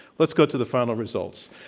let's go to the final results.